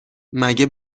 مگه